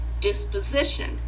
disposition